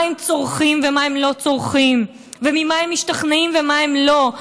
מה הם צורכים ומה הם לא צורכים וממה הם משתכנעים וממה הם לא.